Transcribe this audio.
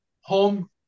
home